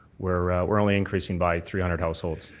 we're we're only increasing by three hundred households.